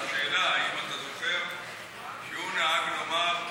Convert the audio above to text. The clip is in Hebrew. השאלה היא אם אתה זוכר שהוא נהג לומר: